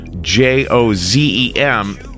J-O-Z-E-M